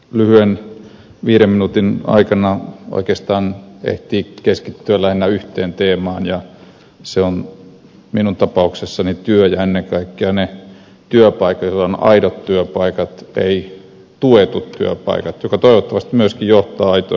lyhyen viiden minuutin aikana oikeastaan ehtii keskittyä lähinnä yhteen teemaan ja se on minun tapauksessani työ ja ennen kaikkea ne työpaikat aidot työpaikat ei tuetut työpaikat jotka toivottavasti myöskin johtavat aitoihin työpaikkoihin